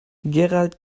gerald